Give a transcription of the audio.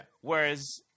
Whereas